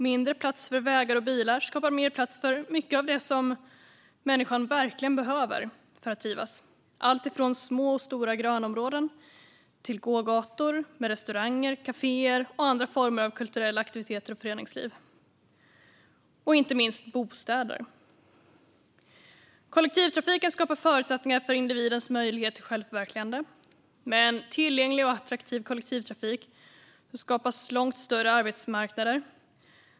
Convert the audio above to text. Mindre plats för vägar och bilar skapar mer plats för mycket av det som människan verkligen behöver för att trivas - alltifrån små och stora grönområden till gågator med restauranger, kaféer och andra former av kulturella aktiviteter och föreningsliv och inte minst bostäder. Kollektivtrafiken skapar förutsättningar för individens möjlighet till självförverkligande. Med en tillgänglig och attraktiv kollektivtrafik skapas långt större arbetsmarknader.